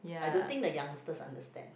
I don't think the youngsters understand